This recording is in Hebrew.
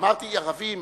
אמרתי ערבים,